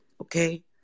Okay